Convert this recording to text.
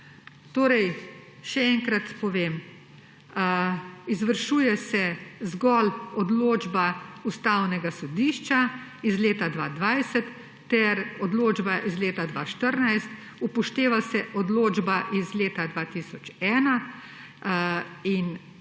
Torej, še enkrat povem, izvršuje se zgolj odločba Ustavnega sodišča iz leta 2020 ter odločba iz leta 2014. Upošteva se odločba iz leta 2001.